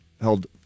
held